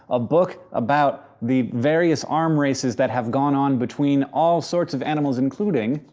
a book about the various arm races that have gone on between all sorts of animals including,